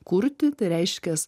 kurti tai reiškias